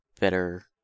better